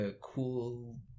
cool